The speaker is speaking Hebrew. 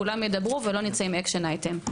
כולם ידברו ולא נצא עם אקשן אייטם.